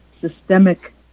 systemic